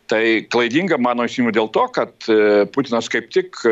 tai klaidinga mano įsitikinimu dėl to kad putinas kaip tik